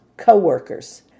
co-workers